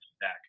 back